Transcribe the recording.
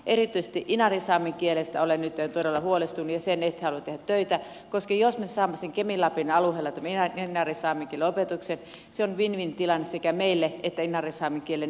erityisesti inarinsaamen kielestä olen nyt todella huolestunut ja sen eteen haluan tehdä töitä koska jos me saamme sen inarinsaamen kielen opetuksen kemin lapin alueella niin se on win win tilanne sekä meille että inarinsaamen kielen nykyisille puhujille